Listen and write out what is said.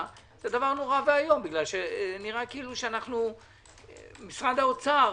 זה דבר נורא ואיום כי נראה שמשרד האוצר